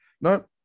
No